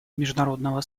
международного